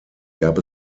gab